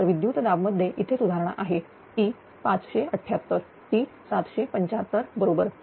तर विद्युत दाब मध्ये इथे सुधारणा आहे ती 578 ती 735 बरोबर